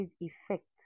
effect